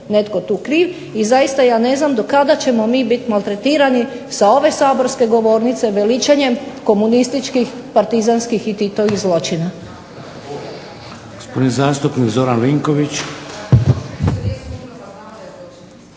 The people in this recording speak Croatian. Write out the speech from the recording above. netko tu kriv, i zaista ja ne znam do kada ćemo mi biti maltretirani sa ove saborske govornice veličanjem komunističkih partizanskih i Titovih zločina.